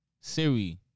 Siri